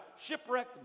shipwreck